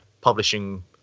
publishing